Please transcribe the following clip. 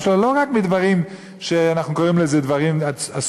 שלו לא רק מדברים שאנחנו קוראים להם דברים אסורים,